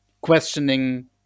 questioning